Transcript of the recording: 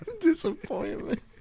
Disappointment